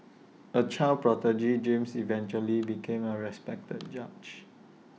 A child prodigy James eventually became A respected judge